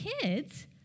kids